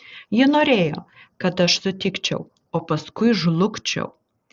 ji norėjo kad aš sutikčiau o paskui žlugčiau